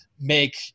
make